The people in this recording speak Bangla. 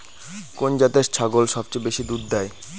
কোন জাতের ছাগল সবচেয়ে বেশি দুধ দেয়?